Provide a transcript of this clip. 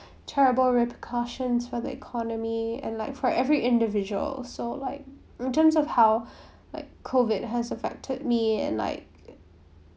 terrible repercussions for the economy and like for every individual so like in terms of health like COVID has affected me and like